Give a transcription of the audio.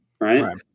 right